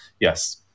Yes